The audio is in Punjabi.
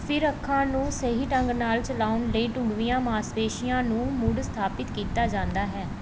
ਫਿਰ ਅੱਖਾਂ ਨੂੰ ਸਹੀ ਢੰਗ ਨਾਲ ਚਲਾਉਣ ਲਈ ਢੁਕਵੀਆਂ ਮਾਸਪੇਸ਼ੀਆਂ ਨੂੰ ਮੁੜ ਸਥਾਪਿਤ ਕੀਤਾ ਜਾਂਦਾ ਹੈ